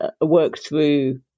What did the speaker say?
work-through